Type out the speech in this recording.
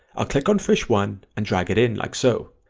i'll click on fresh one and drag it in like so,